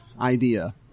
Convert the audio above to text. idea